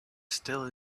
still